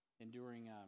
enduring